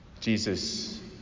Jesus